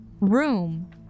room